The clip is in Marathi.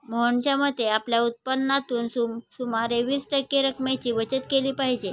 मोहनच्या मते, आपल्या उत्पन्नातून सुमारे वीस टक्के रक्कमेची बचत केली पाहिजे